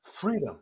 freedom